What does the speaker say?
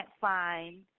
find